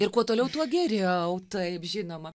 ir kuo toliau tuo geriau taip žinoma